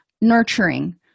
nurturing